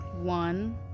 One